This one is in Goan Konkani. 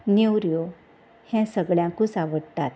नेवऱ्यो हें सगळ्यांकूच आवडटात